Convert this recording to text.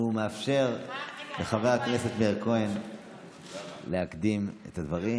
מאפשר לחבר הכנסת מאיר כהן להקדים את הדברים.